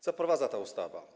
Co wprowadza ta ustawa?